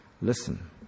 listen